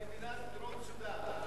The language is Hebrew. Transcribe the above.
דרום-סודן.